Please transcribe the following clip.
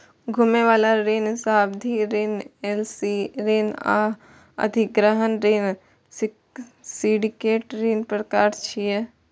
घुमै बला ऋण, सावधि ऋण, एल.सी ऋण आ अधिग्रहण ऋण सिंडिकेट ऋणक प्रकार छियै